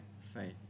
faith